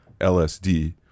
LSD